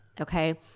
okay